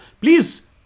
please